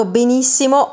benissimo